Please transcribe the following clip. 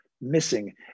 missing